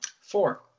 Four